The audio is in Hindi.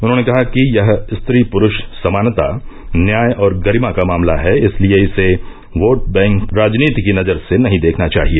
उन्होंने कहा कि यह स्त्री पुरूष समानता न्याय और गरिमा का मामला है इसलिए इसे वोट बैंक राजनीति की नजर से नही देखना चाहिए